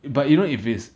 but you know if it's